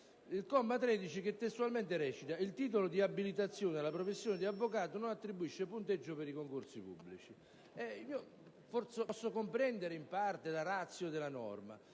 Commissione, che testualmente recita: «Il titolo di abilitazione alla professione di avvocato non attribuisce punteggio per i concorsi pubblici». Posso forse comprendere in parte la *ratio* della norma,